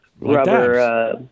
rubber